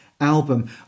album